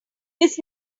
his